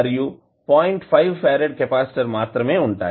5 farad capacitor మాత్రమే ఉంటాయి